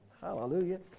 Hallelujah